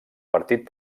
partit